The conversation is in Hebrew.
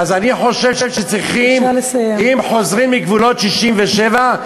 אז אני חושב שאם חוזרים מגבולות 67',